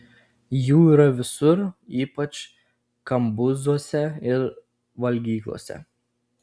jų yra visur ypač kambuzuose ir valgyklose